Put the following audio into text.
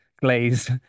glaze